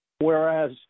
whereas